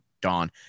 dawn